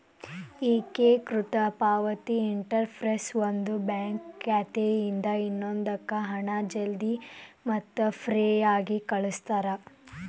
ಏಕೇಕೃತ ಪಾವತಿ ಇಂಟರ್ಫೇಸ್ ಒಂದು ಬ್ಯಾಂಕ್ ಖಾತೆಯಿಂದ ಇನ್ನೊಂದಕ್ಕ ಹಣ ಜಲ್ದಿ ಮತ್ತ ಫ್ರೇಯಾಗಿ ಕಳಸ್ತಾರ